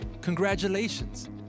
congratulations